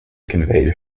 conveyed